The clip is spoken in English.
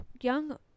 young